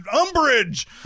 umbrage